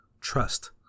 trust